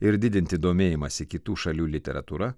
ir didinti domėjimąsi kitų šalių literatūra